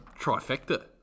trifecta